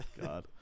God